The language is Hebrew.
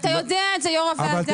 אתה יודע את זה, יו"ר הוועדה.